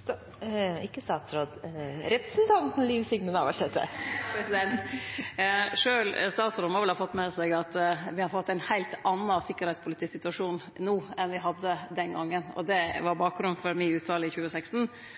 Sjølv statsråden må vel ha fått med seg at me har fått ein heilt annan sikkerheitspolitisk situasjon no enn me hadde den gongen. Det var bakgrunnen for mi utsegn i 2016.